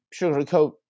sugarcoat